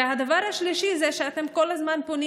הדבר השלישי זה שאתם כל הזמן פונים